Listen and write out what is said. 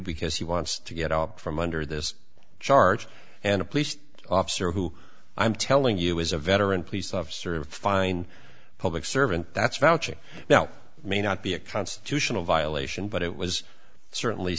because he wants to get out from under this charge and a police officer who i'm telling you is a veteran police officer a fine public servant that's vouching now may not be a constitutional violation but it was certainly